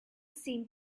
seemed